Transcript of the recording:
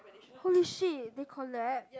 holy shit they collab